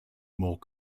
more